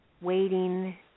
waiting